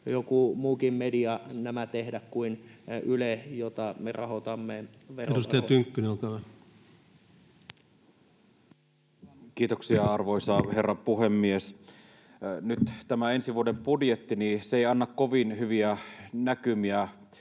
joku muukin media nämä tehdä kuin Yle, jota me rahoitamme verovaroilla. Edustaja Tynkkynen, olkaa hyvä. Kiitoksia, arvoisa herra puhemies! Nyt tämä ensi vuoden budjetti ei anna kovin hyviä näkymiä